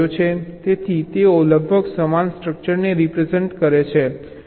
તેથી તેઓ લગભગ સમાન સ્ટ્રકચરને રિપ્રેઝન્ટ કરે છે